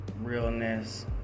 realness